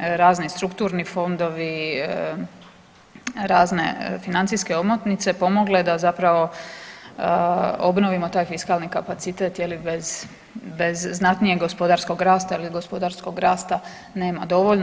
razni strukturni fondovi i razne financijske omotnice pomogle da zapravo obnovimo taj fiskalni kapacitet bez znatnijeg gospodarskog rasta jel gospodarskog rasta nema dovoljno.